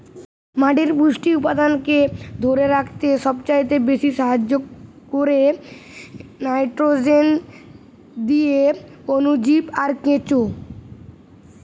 মাটির পুষ্টি উপাদানকে ধোরে রাখতে সবচাইতে বেশী সাহায্য কোরে নাইট্রোজেন দিয়ে অণুজীব আর কেঁচো